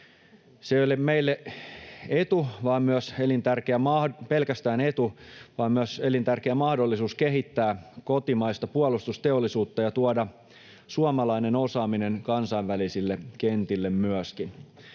Se ei ole meille pelkästään etu vaan myös elintärkeä mahdollisuus kehittää kotimaista puolustusteollisuutta ja tuoda suomalainen osaaminen myöskin kansainvälisille kentille.